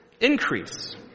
increase